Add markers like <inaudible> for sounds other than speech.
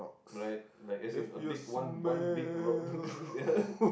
right like it's in a big one one big rock <laughs>